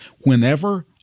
whenever